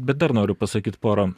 bet dar noriu pasakyt porą